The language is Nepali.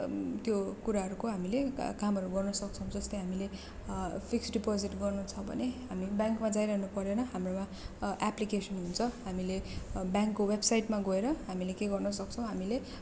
त्यो कुराहरूको हामीले कामहरू गर्न सक्छौँ जस्तै हामीले फिक्स्ड डिपोजिड गर्नु छ भने हामी ब्याङ्कमा जाइरानु परेन हाम्रोमा एप्लिकेसन हुन्छ हामीले ब्याङ्कको वेबसाइटमा गएर हामीले के गर्न सक्छौँ हामीले